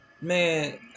man